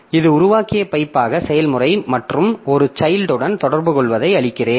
இது உருவாக்கிய பைப்பாக செயல்முறை மற்றும் ஒரு சைல்ட் உடன் தொடர்புகொள்வதை அழிக்கிறேன்